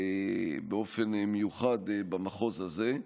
באופן מיוחד במחוז הזה,